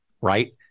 right